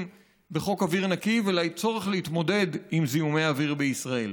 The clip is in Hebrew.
בחוק אוויר נקי ולצורך להתמודד עם זיהומי אוויר בישראל.